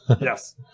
Yes